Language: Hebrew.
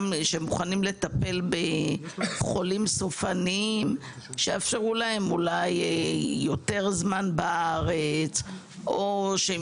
לטפל בחולים סופניים יותר זמן בארץ; לתת להם איזה